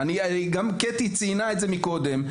גם ציינה את זה קודם.